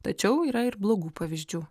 tačiau yra ir blogų pavyzdžių